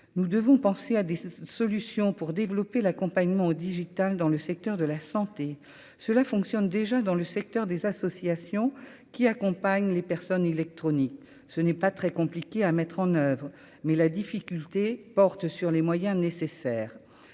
nous devons penser à des solutions pour développer l'accompagnement au digital dans le secteur de la santé, cela fonctionne déjà dans le secteur des associations qui accompagnent les personnes électronique, ce n'est pas très compliqué à mettre en oeuvre, mais la difficulté porte sur les moyens nécessaires